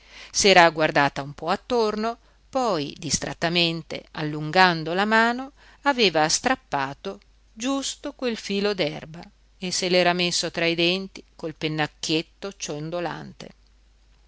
s'era guardata un po attorno poi distrattamente allungando la mano aveva strappato giusto quel filo d'erba e se l'era messo tra i denti col pennacchietto ciondolante